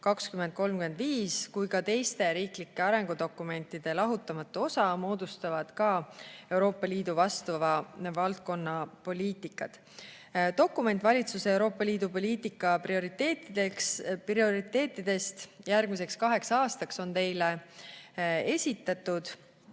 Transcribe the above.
2035" kui ka teiste riiklike arengudokumentide lahutamatu osa moodustavad ka Euroopa Liidu vastava valdkonna poliitikad. Dokument valitsuse Euroopa Liidu poliitika prioriteetidest järgmiseks kaheks aastaks on teile esitatud